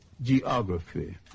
geography